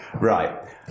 right